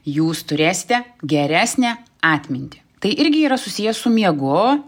jūs turėsite geresnę atmintį tai irgi yra susiję su miegu